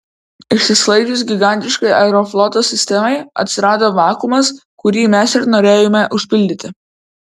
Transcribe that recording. išsiskaidžius gigantiškai aerofloto sistemai atsirado vakuumas kurį mes ir norėjome užpildyti